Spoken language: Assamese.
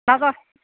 নাটক